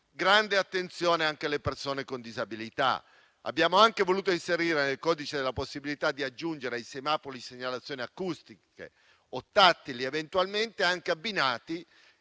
Grande attenzione anche alle persone con disabilità. Abbiamo voluto inserire nel codice la possibilità di aggiungere ai semafori segnalazioni acustiche o tattili, eventualmente anche abbinate,